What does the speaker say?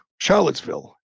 charlottesville